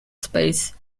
space